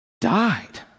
died